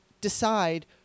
decide